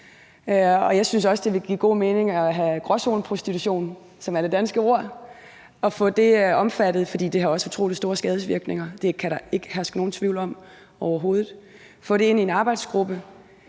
Jeg synes også, det vil give god mening at have gråzoneprostitution, som er det danske ord, og få det omfattet, for det har også utrolig store skadesvirkninger, det kan der ikke herske nogen tvivl om overhovedet, og få det ind i en arbejdsgruppe.